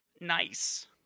nice